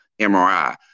MRI